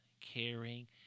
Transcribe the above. caring